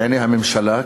בעיני הממשלה,